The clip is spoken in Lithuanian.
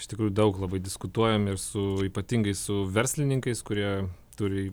iš tikrųjų daug labai diskutuojam ir su ypatingai su verslininkais kurie turi